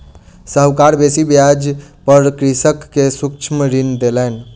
साहूकार बेसी ब्याज पर कृषक के सूक्ष्म ऋण देलैन